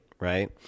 right